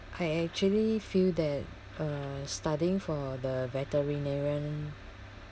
I actually feel that uh studying for the veterinarian